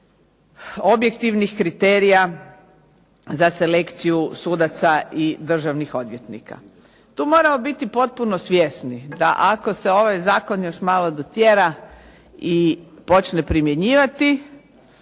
objektivnih kriterija za selekciju sudaca i državnih odvjetnika. Tu moramo biti potpuno svjesni da ako se ovaj Zakon još malo dotjera i počne primjenjivati,